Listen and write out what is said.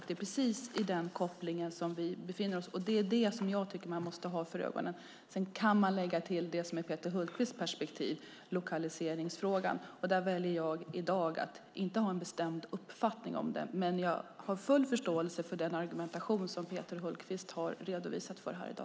Det är precis i den kopplingen som vi befinner oss, och det är det jag tycker att man måste ha för ögonen. Sedan kan man lägga till det som är Peter Hultqvists perspektiv, lokaliseringsfrågan. Där väljer jag i dag att inte ha en bestämd uppfattning. Men jag har full förståelse för den argumentation som Peter Hultqvist har redovisat här i dag.